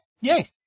Yay